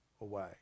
away